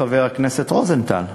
חבר הכנסת רוזנטל: